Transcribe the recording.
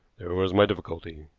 there was my difficulty.